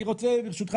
אני רוצה ברשותך,